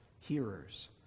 hearers